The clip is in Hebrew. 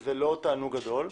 זה לא תענוג גדול.